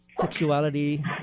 sexuality